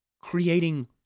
creating